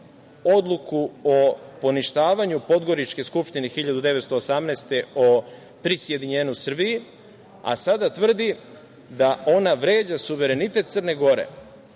odluku o poništavanju Podgoričke skupštine 1918. godine o prisjedinjenju Srbiji, a sada tvrdi da ona vređa suverenitet Crne Gore. Ne